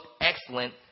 excellent